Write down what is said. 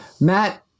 Matt